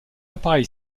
appareil